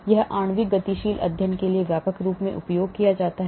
यह आणविक गतिशील अध्ययन के लिए व्यापक रूप से उपयोग किया जाता है